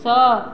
सँ